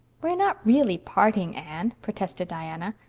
we are not really parting, anne, protested diana.